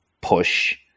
push